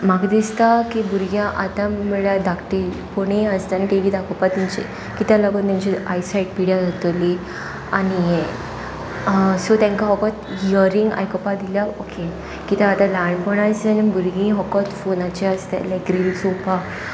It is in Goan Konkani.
म्हाका दिसता की भुरग्यां आतां म्हण्यार धाकटी कोणूय आसता आनी टीवी दाखोवपा तेंचे कित्याक लागून तेंची आयसायट पिड्यार जातातली आनी हे सो तांकां वकोत इयरिंग आयकोपा दिल्या ओके कित्याक आतां ल्हानपणा आस आनी भुरगीं फकत फोनाचे आसता लायक रिल्स चोवपाक